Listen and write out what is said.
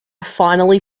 finally